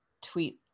tweet